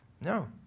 No